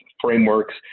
frameworks